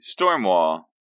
Stormwall